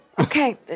Okay